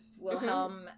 Wilhelm